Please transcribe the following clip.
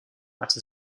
that